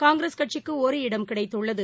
காங்கிரஸ் கட்சிக்குஒரு இடம் கிடைத்துள்ளது